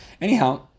Anyhow